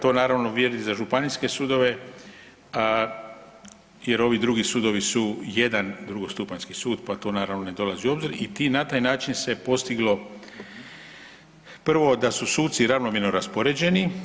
To naravno vrijedi za županijske sudove jer ovi drugi sudovi su jedan drugostupanjski sud, pa to naravno ne dolazi u obzir i ti na taj način se postiglo prvo da su suci ravnomjerno raspoređeni.